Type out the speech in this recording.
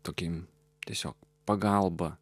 tokiems tiesiog pagalbą